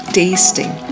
tasting